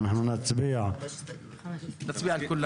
אנחנו נצביע --- תצביע על כולן.